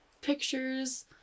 pictures